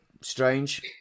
strange